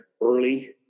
early